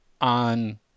on